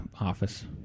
office